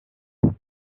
take